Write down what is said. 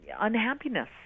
unhappiness